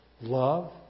love